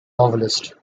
novelist